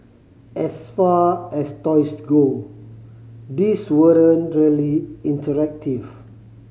as far as toys go these weren't really interactive